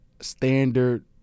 standard